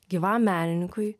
gyvam menininkui